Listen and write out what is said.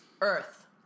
Earth